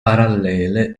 parallele